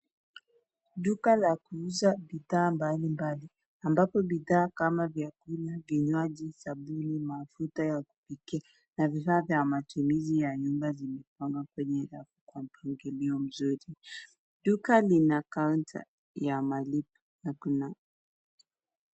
Duka la kuuza bidhaa mbali mbali ambapo bidhaa kama vyakula, vinywaji, sabuni, mafuta ya kupikia na vifaa vya matumizi ya nyumba zimepangwa kwenye rafu kwa mpangilio mzuri. Duka lina counter ya malipo.